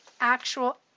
actual